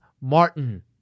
Martin